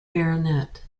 baronet